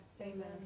Amen